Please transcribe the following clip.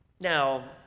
Now